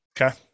Okay